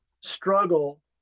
struggle